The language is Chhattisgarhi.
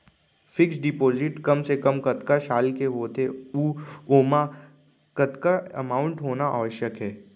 फिक्स डिपोजिट कम से कम कतका साल के होथे ऊ ओमा कतका अमाउंट होना आवश्यक हे?